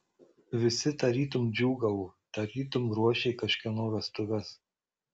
visi tarytum džiūgavo tarytum ruošė kažkieno vestuves